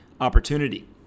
Opportunity